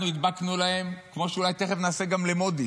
אנחנו הדבקנו להם, כמו שאולי תכף נעשה גם למודי'ס: